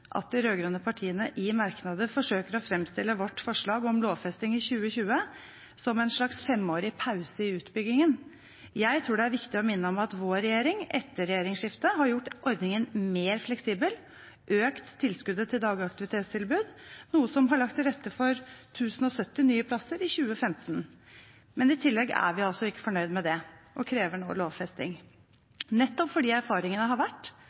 at de rød-grønne partiene i merknader forsøker å fremstille vårt forslag om lovfesting fra 2020 som en slags femårig pause i utbyggingen. Jeg tror det er viktig å minne om at vår regjering etter regjeringsskiftet har gjort ordningen mer fleksibel og økt tilskuddet til dagaktivitetstilbud, noe som har lagt til rette for 1 070 nye plasser i 2015. Men i tillegg er vi altså ikke fornøyd med det og krever nå lovfesting, nettopp fordi erfaringene har vært